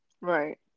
Right